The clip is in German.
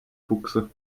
buchse